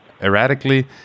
erratically